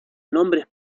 nombres